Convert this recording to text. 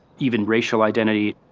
even racial identity.